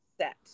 set